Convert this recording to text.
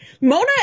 Mona